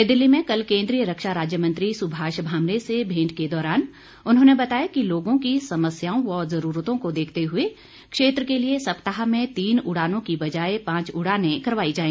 नई दिल्ली में कल केन्द्रीय रक्षा राज्य मंत्री सुभाष भामरे से भेंट के दौरान उन्होंने बताया कि लोगों की समस्याओं व ज़रूरतों को देखते हुए क्षेत्र के लिए सप्ताह में तीन उड़ानों के बजाए पांच उड़ाने करवाई जाए